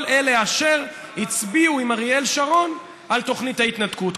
כל אלה אשר הצביעו עם אריאל שרון על תוכנית ההתנתקות.